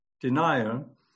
denial